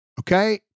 Okay